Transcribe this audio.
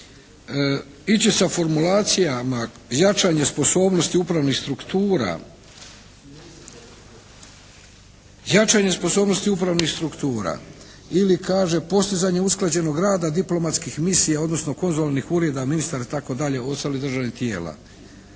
struktura, jačanje sposobnosti upravnih struktura ili kaže postizanje usklađenog rada diplomatskih misija odnosno konzularnih ureda, ministara i tako dalje, ostalih državnih tijela.